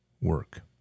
work